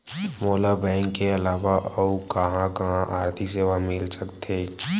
मोला बैंक के अलावा आऊ कहां कहा आर्थिक सेवा मिल सकथे?